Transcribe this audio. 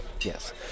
Yes